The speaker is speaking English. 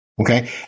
Okay